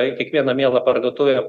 į kiekvieną mielą parduotuvę